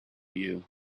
you